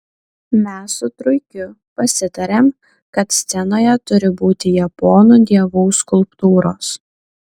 mes su truikiu pasitarėm kad scenoje turi būti japonų dievų skulptūros